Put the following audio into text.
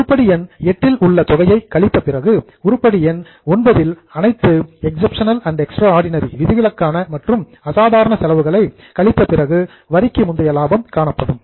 எனவே உருப்படி எண் VIII இல் உள்ள தொகையை கழித்த பிறகு உருப்படி எண் IX இல் அனைத்து எக்சப்ஷனல் அண்ட் எக்ஸ்ட்ராடினரி விதிவிலக்கான மற்றும் அசாதாரண செலவுகளை கழித்த பிறகு வரிக்கு முந்தைய லாபம் காணப்படும்